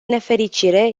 nefericire